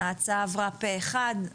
ההצעה עברה פה אחד.